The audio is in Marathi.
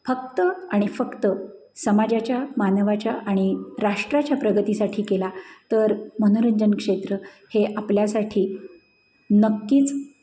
फक्त आणि फक्त समाजाच्या मानवाच्या आणि राष्ट्राच्या प्रगतीसाठी केला तर मनोरंजनक्षेत्र हे आपल्यासाठी नक्कीच